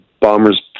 Bombers